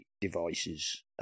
devices